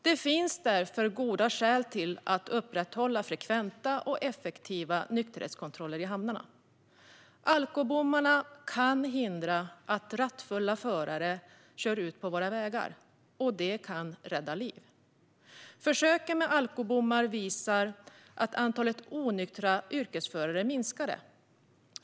Det finns därför goda skäl att upprätthålla frekventa och effektiva nykterhetskontroller i hamnarna. Alkobommarna kan hindra rattfulla förare från att köra ut på våra vägar. Det kan rädda liv. Försöken med alkobommar visar att antalet onyktra yrkesförare minskade.